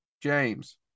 james